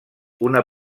una